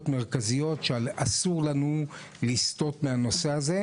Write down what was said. מרכזיות שאסור לנו לסטות מהנושא הזה.